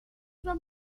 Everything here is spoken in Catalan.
van